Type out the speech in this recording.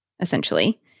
essentially